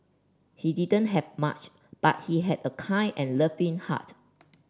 he didn't have much but he had a kind and loving heart